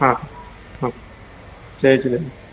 हा हा जय झूलेलाल